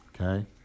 okay